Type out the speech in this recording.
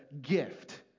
gift